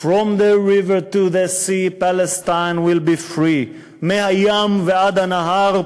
"From the river to the sea Palestine will be free" מהים ועד הנהר,